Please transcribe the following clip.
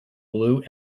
blue